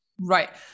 right